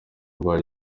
rwa